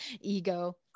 ego